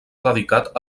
dedicat